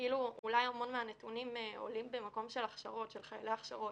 שכאילו אולי המון מהנתונים עולים במקום של חיילי הכשרות.